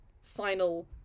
final